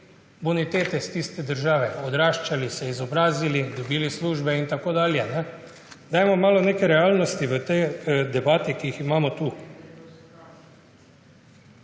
bonitete iz tiste države, odraščali, se izobrazili, dobili službe in tako dalje. Dajmo malo realnosti v te debate, ki jih imamo tu.